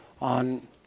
on